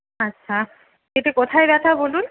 আচ্ছা এটা কোথায় ব্যথা বলুন